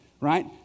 right